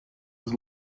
was